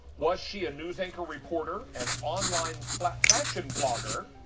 was she a news anchor reporter, an online fashion blogger,